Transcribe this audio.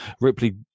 Ripley